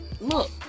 Look